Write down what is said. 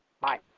Bye